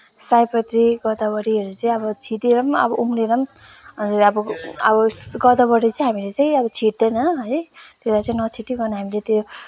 सयपत्री गोदावरीहरू चाहिँ अब छिटेर पनि अब उम्रेर पनि अब अब गोदावरी चाहिँ हामीले चाहिँ अब छिट्दैन है त्यसलाई चाहिँ नछिटिकन हामीले त्यो